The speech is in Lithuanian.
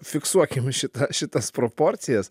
fiksuokim šitą šitas proporcijas